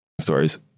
stories